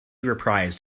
reprised